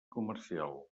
comercial